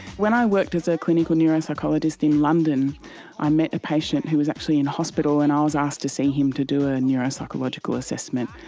when i worked as a clinical neuropsychologist in london i met a patient who was actually in hospital and i was asked to see him to do ah a and neuropsychological assessment.